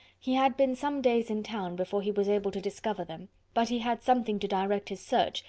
he had been some days in town, before he was able to discover them but he had something to direct his search,